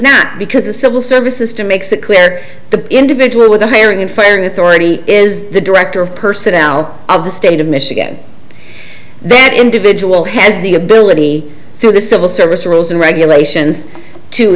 not because the civil service system makes it clear the individual with the hiring and firing authority is the director of personnel of the state of michigan that individual has the ability through the civil service rules and regulations to